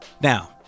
Now